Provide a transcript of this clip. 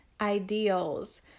ideals